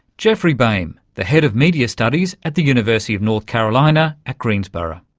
geoffrey baym, the head of media studies at the university of north carolina at greensboro.